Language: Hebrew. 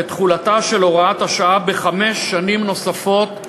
ותחולתה של הוראת השעה בחמש שנים נוספות,